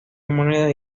monedas